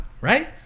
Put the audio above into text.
right